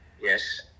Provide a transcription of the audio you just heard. Yes